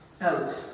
out